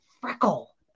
freckle